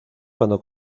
cuando